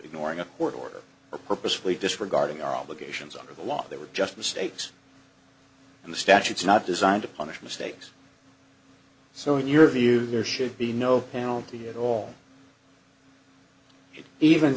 ignoring a court order or purposefully disregarding our obligations under the law they were just mistakes in the statutes not designed to punish mistakes so in your view there should be no penalty at all it even